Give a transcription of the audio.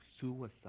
suicide